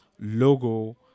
logo